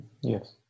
yes